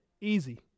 easy